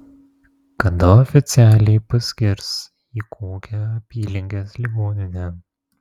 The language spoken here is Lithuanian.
kada oficialiai paskirs į kokią apylinkės ligoninę